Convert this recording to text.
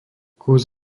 kus